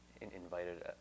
invited